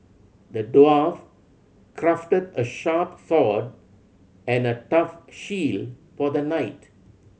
the dwarf crafted a sharp sword and a tough shield for the knight